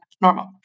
normal